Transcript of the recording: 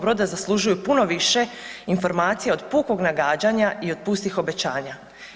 Broda zaslužuju puno više informacija od pukog nagađanja i od pustih obećanja.